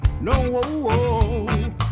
no